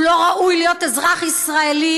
הוא לא ראוי להיות אזרח ישראלי.